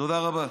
תודה רבה.